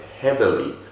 heavily